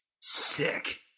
Sick